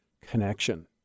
connection